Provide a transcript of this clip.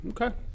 Okay